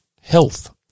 health